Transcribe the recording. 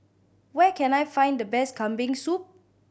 where can I find the best Kambing Soup